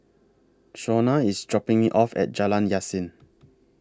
Shonna IS dropping Me off At Jalan Yasin